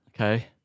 Okay